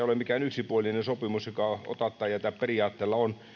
ole mikään yksipuolinen sopimus joka ota tai jätä periaatteella on